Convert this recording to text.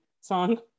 song